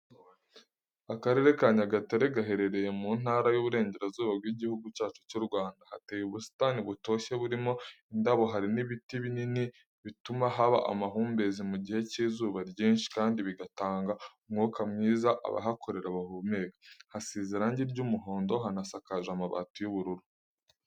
Akarere ka Nyagatare gaherereye mu ntara y'Iburengerazuba bw'igihugu cyacu cyu Rwanda, hateye ubusitani butoshye burimo indabo, hari n'ibiti binini bituma haba amahumbezi mu gihe cy'izuba ryinshi, kandi bigatanga umwuka mwiza abahakorera bahumeka. Hasize irangi ry'umuhondo, hanasakaje amabati y'ubururu.